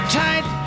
tight